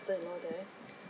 sister-in-law there